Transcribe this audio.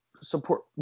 support